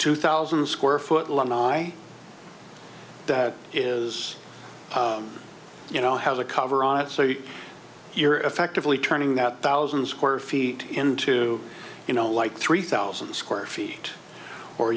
two thousand square foot long i that is you know has a cover on it so you you're effectively turning that thousand square feet into you know like three thousand square feet or